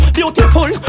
Beautiful